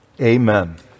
Amen